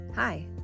Hi